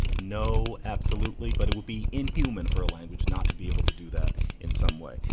no. absolutely. but it would be inhuman for a language not to be able to do that in some way.